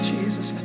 Jesus